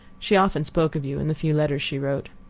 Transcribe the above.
she often spoke of you in the few letters she wrote.